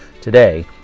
today